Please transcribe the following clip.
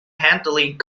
handling